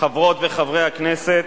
חברות וחברי הכנסת,